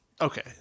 okay